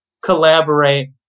collaborate